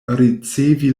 ricevi